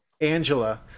angela